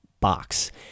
box